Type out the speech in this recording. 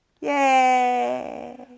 Yay